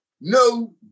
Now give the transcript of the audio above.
no